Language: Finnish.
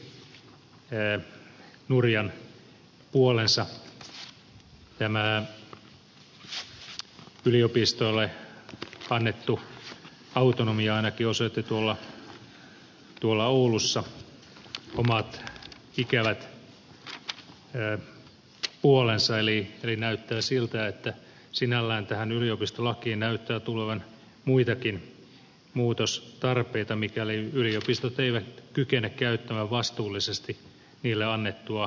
tämä yliopistoille annettu autonomia ainakin osoitti tuolla oulussa omat ikävät puolensa eli näyttää siltä että sinällään tähän yliopistolakiin näyttää tulevan muitakin muutostarpeita mikäli yliopistot eivät kykene käyttämään vastuullisesti niille annettua autonomiaa